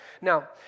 Now